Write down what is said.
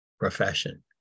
profession